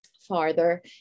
farther